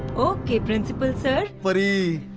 okay, principal sir. fairy